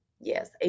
yes